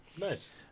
Nice